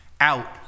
out